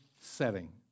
setting